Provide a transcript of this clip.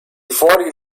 fuori